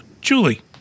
Julie